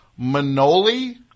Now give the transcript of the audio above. Manoli